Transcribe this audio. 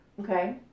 Okay